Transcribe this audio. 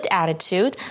attitude